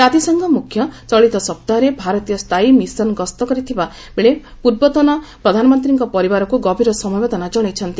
ଜାତିସଂଘ ମୁଖ୍ୟ ଚଳିତ ସପ୍ତାହରେ ଭାରତୀୟ ସ୍ଥାୟୀ ମିଶନ ଗସ୍ତ କରିଥିବା ବେଳେ ପୂର୍ବତନ ପ୍ରଧାନମନ୍ତ୍ରୀଙ୍କ ପରିବାରକୁ ଗଭୀର ସମବେଦନା ଜଣାଇଛନ୍ତି